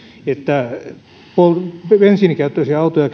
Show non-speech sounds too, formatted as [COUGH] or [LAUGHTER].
että käytäisiin muuttamaan bensiinikäyttöisiä autoja [UNINTELLIGIBLE]